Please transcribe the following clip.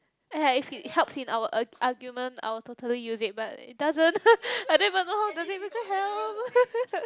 ya if it helps in our ar~ argument I will totally use it but it doesn't I don't even know how does it even help